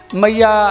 maya